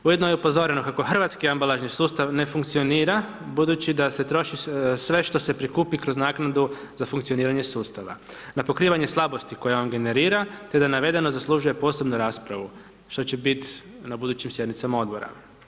Ujedno je upozoreno kako hrvatski ambalažni sustav ne funkcionira budući da se troši sve što se prikupi kroz naknadu za funkcioniranje sustava, na pokrivanje slabosti koje on generira, te da navedeno zaslužuje posebnu raspravu, što će bit na budućim sjednicama Odbora.